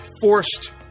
forced